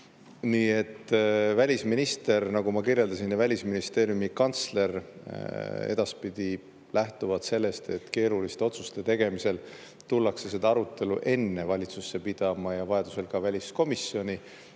Välisminister, nagu ma kirjeldasin, ja Välisministeeriumi kantsler edaspidi lähtuvad sellest, et keeruliste otsuste tegemisel tullakse arutelu enne valitsusse pidama ja vajadusel ka väliskomisjoni,